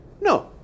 No